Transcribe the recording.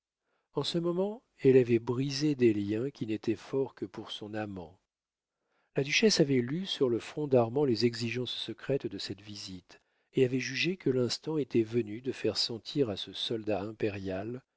en un moment elle avait brisé des liens qui n'étaient forts que pour son amant la duchesse avait lu sur le front d'armand les exigences secrètes de cette visite et avait jugé que l'instant était venu de faire sentir à ce soldat impérial